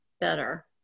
better